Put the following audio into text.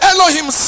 Elohim